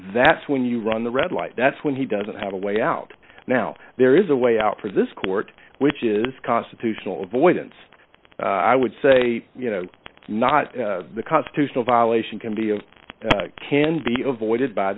that's when you run the red light that's when he doesn't have a way out now there is a way out for this court which is constitutional void and i would say not the constitutional violation can be a can be avoided by